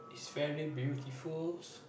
is very beautifuls